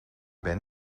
ben